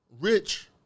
rich